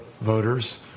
voters